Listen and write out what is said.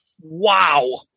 Wow